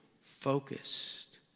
focused